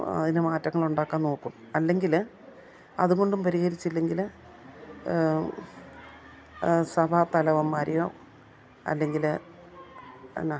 അതിന് മാറ്റങ്ങൾ ഉണ്ടാക്കാൻ നോക്കും അല്ലെങ്കിൽ അതുകൊണ്ടും പരിഹരിച്ചില്ലെങ്കിൽ സഭാതലവന്മാരെയോ അല്ലെങ്കിൽ എന്നാ